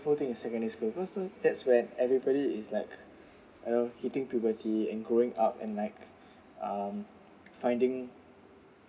in secondary school because so that's when everybody is like you know hitting puberty and growing up and like um finding